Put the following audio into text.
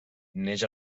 neix